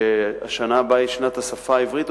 שהשנה הבאה היא שנת השפה העברית,